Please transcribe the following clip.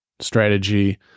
strategy